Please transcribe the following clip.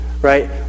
right